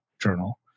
journal